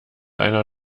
einer